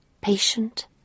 patient